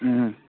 ꯎꯝ